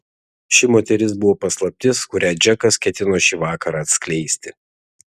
ši moteris buvo paslaptis kurią džekas ketino šį vakarą atskleisti